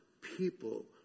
people